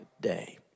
day